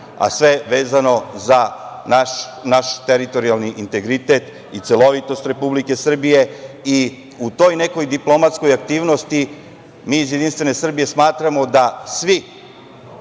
a sve vezano za naš teritorijalni integritet i celovitost Republike Srbije. I u toj nekoj diplomatskoj aktivnosti mi iz JS smatramo da svi,